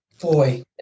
boy